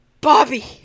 Bobby